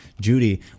Judy